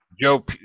Joe